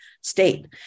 state